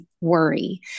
worry